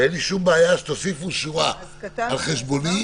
ואין לי שום בעיה שתוסיפו שורה על חשבוני.